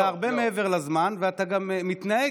אתה הרבה מעבר לזמן ואתה גם מתנהג